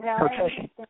Okay